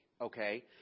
Okay